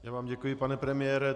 Já vám děkuji, pane premiére.